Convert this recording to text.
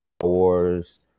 War's